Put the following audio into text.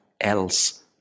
else